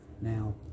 Now